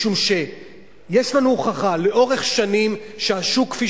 כי יש לנו הוכחה לאורך שנים שהשוק כפי